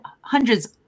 hundreds